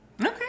Okay